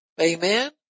Amen